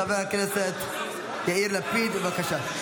חבר הכנסת יאיר לפיד, בבקשה.